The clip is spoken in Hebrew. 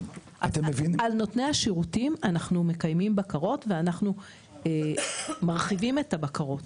על נותני השירותים אנחנו מקיימים בקרות ואנחנו מרחיבים את הבקרות.